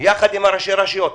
יחד עם ראשי הרשויות,